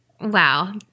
Wow